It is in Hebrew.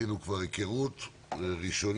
עשינו כבר היכרות ראשונית.